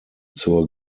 zur